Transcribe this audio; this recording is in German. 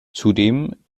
zudem